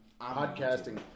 Podcasting